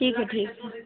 ठीक है ठीक